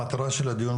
המטרה של הדיון,